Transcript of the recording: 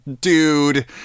dude